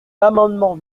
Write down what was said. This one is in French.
l’amendement